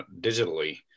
digitally